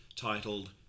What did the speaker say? Titled